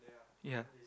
ya